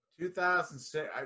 2006